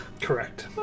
Correct